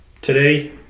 today